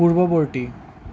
পূৰ্ৱবৰ্তী